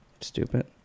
Stupid